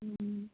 উম